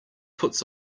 puts